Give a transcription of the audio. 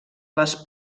les